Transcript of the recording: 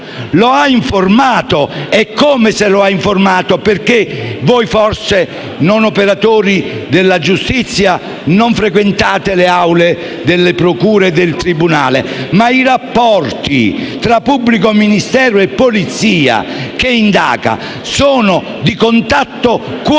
Lo ha informato, eccome se lo ha informato. Voi forse, che non siete operatori della giustizia, non frequentate le aule delle procure e dei tribunali, ma i rapporti tra pubblico ministero e polizia che indaga sono di contatto quotidiano.